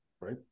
Right